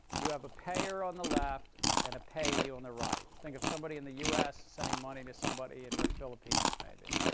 you have a payer on the left and a payee on the right. think of somebody in the us sending money to somebody in the philippines, maybe.